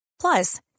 Plus